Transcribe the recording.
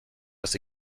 was